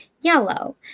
yellow